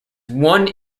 one